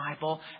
Bible